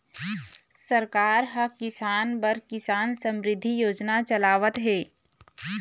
सरकार ह किसान बर किसान समरिद्धि योजना चलावत हे